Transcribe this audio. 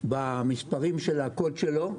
במספרי הקוד שלו.